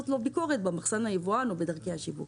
ביקורת במחסן היבואן או בדרכי השיווק.